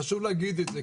חשוב להגיד את זה,